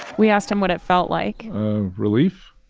we asked him what it felt like relief.